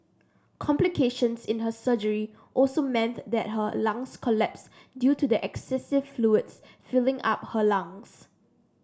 complications in her surgery also meant that her lungs collapsed due to excessive fluids filling up her lungs